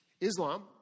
Islam